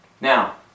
Now